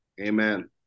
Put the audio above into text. Amen